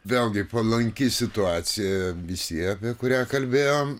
vėlgi palanki situacija visi apie kurią kalbėjom